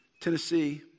Tennessee